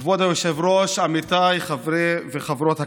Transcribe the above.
כבוד היושב-ראש, עמיתיי חברי וחברות הכנסת,